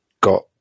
got